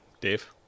Dave